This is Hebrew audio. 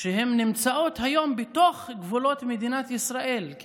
שנמצאות היום בתוך גבלות מדינת ישראל,